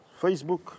Facebook